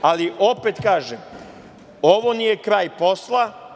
Ali, opet kažem, ovo nije kraj posla.